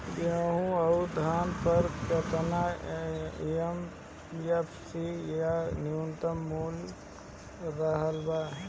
गेहूं अउर धान पर केतना एम.एफ.सी या न्यूनतम कीमत मिल रहल बा?